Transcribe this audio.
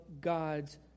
God's